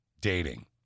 dating